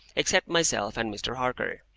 except myself and mr. harker.